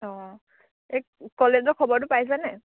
অঁ এই কলেজৰ খবৰটো পাইছা নাই